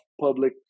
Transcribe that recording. public